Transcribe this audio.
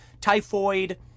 typhoid